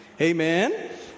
Amen